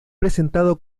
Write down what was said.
presentado